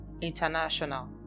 International